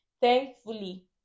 thankfully